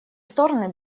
стороны